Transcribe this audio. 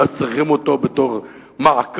אז צריכים אותו בתור מעקף.